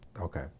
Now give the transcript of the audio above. okay